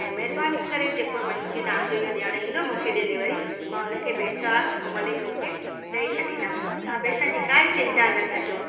ऐं महिरबानी करे जेको मींस के तव्हांजो इहो ॾियणु ईंदो मूंखे डिलिवरी मां उनखे पेसा उहे महिल ई मींस की ॾेई छ्ॾींदमि तव्हां पेसनि जी काई चिंता न करिजो